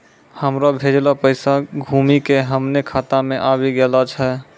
हमरो भेजलो पैसा घुमि के हमरे खाता मे आबि गेलो छै